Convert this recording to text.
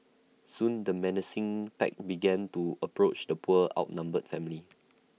soon the menacing pack began to approach the poor outnumbered family